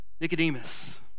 Nicodemus